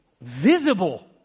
visible